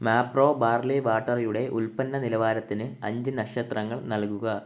Mapro barley വാട്ടറിയുടെ ഉൽപ്പന്ന നിലവാരത്തിന് അഞ്ച് നഷത്രങ്ങൾ നൽകുക